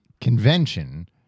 convention